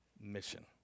mission